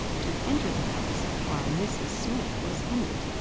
to enter the house while mrs. smith was in it,